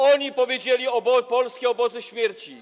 Oni powiedzieli: polskie obozy śmierci.